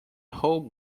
home